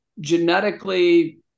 genetically